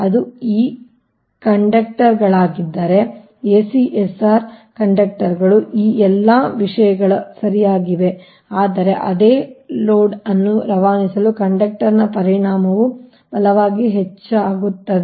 ಅದು ಈಗ ಕಂಡಕ್ಟರ್ಗಳಾಗಿದ್ದರೆ Refer time 0326 ACSR ಕಂಡಕ್ಟರ್ಗಳು ಈ ಎಲ್ಲಾ ವಿಷಯಗಳು ಸರಿಯಾಗಿವೆ ಆದರೆ ಅದೇ ಲೋಡ್ ಅನ್ನು ರವಾನಿಸಲು ಕಂಡಕ್ಟರ್ನ ಪರಿಮಾಣವು ಬಲವಾಗಿ ಹೆಚ್ಚಾಗುತ್ತದೆ